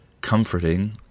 comforting